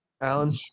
Alan